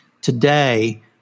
today